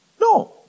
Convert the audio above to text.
No